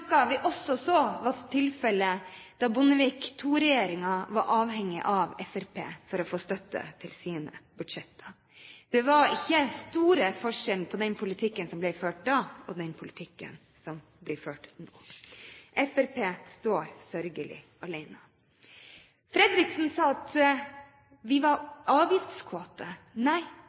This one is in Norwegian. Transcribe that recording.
noe vi også så var tilfellet da Bondevik II-regjeringen var avhengig av Fremskrittspartiet for å få støtte til sine budsjetter. Det var ikke store forskjellen på den politikken som ble ført da, og den politikken som blir ført nå. Fremskrittspartiet står sørgelig alene. Fredriksen sa at vi er avgiftskåte. Nei,